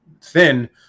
thin